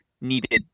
needed